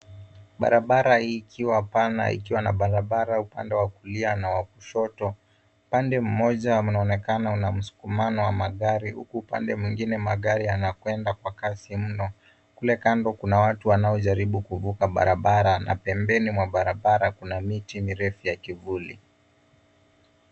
Barabara hii ikiwa pana ikiwa na barabara upande wa kulia na wa kushoto. Upande mmoja unaonekana una msukumano wa magari huku upande mwengine magari yanakwenda kwa kasi mno. Kule kando kuna watu wanaojaribu kuvuka barabara na pembeni mwa barabara kuna miti mirefu ya kivuli.